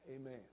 Amen